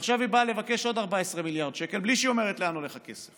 ועכשיו היא באה לבקש עוד 14 מיליארד שקל בלי שהיא אומרת לאן הולך הכסף.